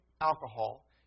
alcohol